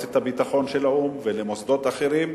למועצת הביטחון של האו"ם ולמוסדות אחרים,